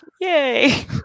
Yay